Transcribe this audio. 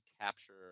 capture